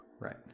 Right